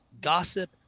gossip